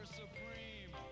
supreme